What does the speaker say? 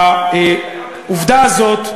העובדה הזאת,